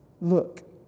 Look